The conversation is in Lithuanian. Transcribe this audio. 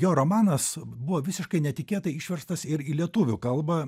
jo romanas buvo visiškai netikėtai išverstas ir į lietuvių kalbą